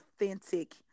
authentic